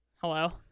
Hello